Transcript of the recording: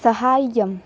सहाय्यम्